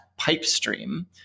Pipestream